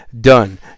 done